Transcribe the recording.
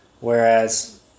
Whereas